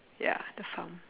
ya the farm